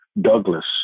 Douglas